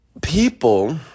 people